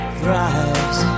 thrives